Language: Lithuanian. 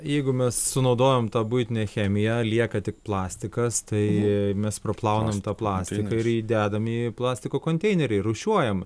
jeigu mes sunaudojom tą buitinę chemiją lieka tik plastikas tai mes praplaunam tą plastiką ir jį dedam į plastiko konteinerį ir rūšiuojam